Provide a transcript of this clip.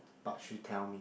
but she tell me